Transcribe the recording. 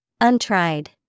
Untried